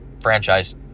franchise